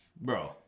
Bro